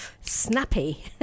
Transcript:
snappy